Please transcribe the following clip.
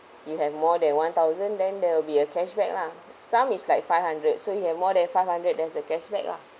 you have more than one thousand then there will be a cashback lah some is like five hundred so you have more than five hundred there's a cashback lah